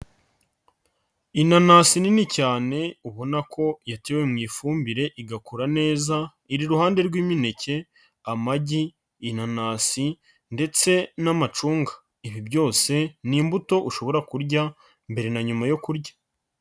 Inanasi nini cyane ubona ko yatewe mu ifumbire igakura neza, iriruhande rw'imineke, amagi, inanasi ndetse n'amacunga, ibi byose ni imbuto ushobora kurya mbere na nyuma yo kurya.